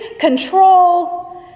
control